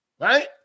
right